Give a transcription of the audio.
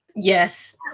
Yes